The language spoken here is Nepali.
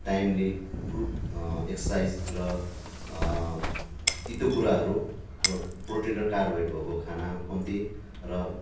टाइमली एक्सर्साइज र तितो कुराहरू प्रोटिन र कार्बोहाइड्रेट भएको खाना कम्ती र